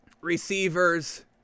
receivers